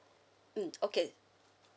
mm okay